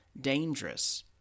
dangerous